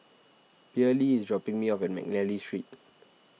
Pearley is dropping me off at McNally Street